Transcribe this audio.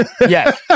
Yes